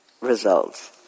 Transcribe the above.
results